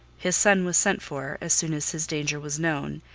his son was sent for as soon as his danger was known,